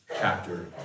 Chapter